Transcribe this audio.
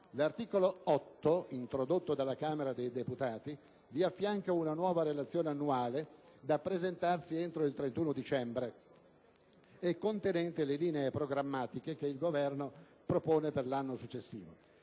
l'articolo 8, introdotto dalla Camera dei deputati, affianca ad essa una nuova relazione annuale da presentarsi entro il 31 dicembre e contenente le linee programmatiche che il Governo propone per l'anno successivo.